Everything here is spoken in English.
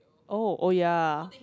oh oh ya